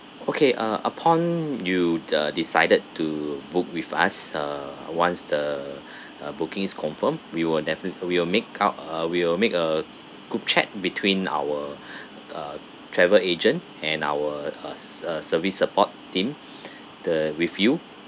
okay uh upon you the decided to book with us uh once the uh booking is confirmed we will defini~ we will make out a we will make a group chat between our uh travel agent and our uh s~ service support team the with you